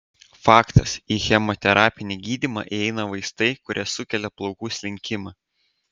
faktas į chemoterapinį gydymą įeina vaistai kurie sukelia plaukų slinkimą